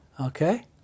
Okay